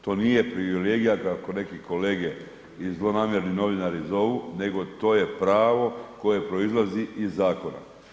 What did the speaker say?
To nije privilegija kako neki kolege i zlonamjerni novinari zovu nego to je pravo koje proizlazi iz zakona.